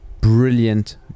brilliant